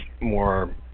more